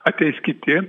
ateis kiti